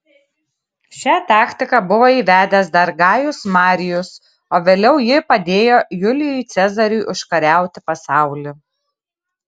šią taktiką buvo įvedęs dar gajus marijus o vėliau ji padėjo julijui cezariui užkariauti pasaulį